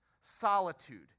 solitude